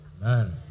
Man